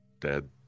Dead